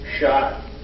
shot